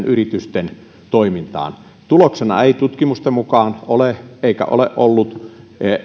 yritysten toimintaan tuloksena ei tutkimusten mukaan ole eikä ole ollut